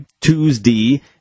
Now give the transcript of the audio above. Tuesday